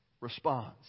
response